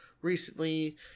recently